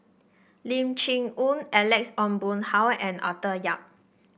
Lim Chee Onn Alex Ong Boon Hau and Arthur Yap